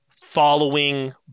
following